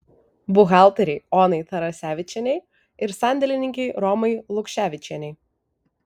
buhalterei onai tarasevičienei ir sandėlininkei romai lukševičienei